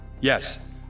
Yes